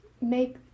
make